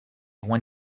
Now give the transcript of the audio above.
when